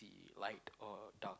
light or dark